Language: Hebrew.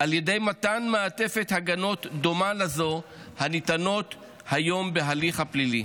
על ידי מתן מעטפת הגנות לזו הניתנות היום בהליך הפלילי.